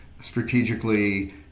strategically